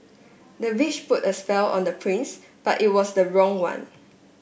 the witch put a spell on the prince but it was the wrong one